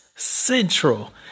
Central